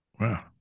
Wow